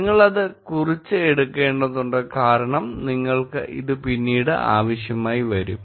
നിങ്ങൾ അത് കുറിച്ച് എടുക്കേണ്ടതുണ്ട് കാരണം നിങ്ങൾക്ക് ഇത് പിന്നീട് ആവശ്യമായി വരും